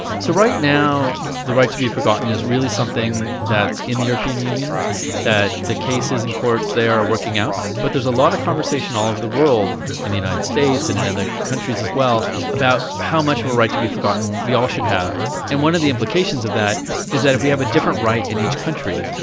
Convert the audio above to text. so right now the right to be forgotten is really something that's in the european union that the cases in the courts there are working out. but there's a lot of conversation all over the world in the united states and in other countries as well about how much of a right to be forgotten we all should have. and one of the implications of that is if we have a different right in each country,